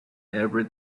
every